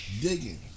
Digging